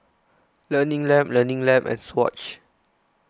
Learning Lab Learning Lab and Swatch